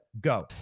Go